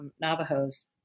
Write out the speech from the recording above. Navajos